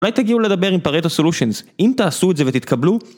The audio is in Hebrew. אולי תגיעו לדבר עם פרטו סולושינס, אם תעשו את זה ותתקבלו?